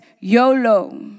YOLO